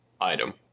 item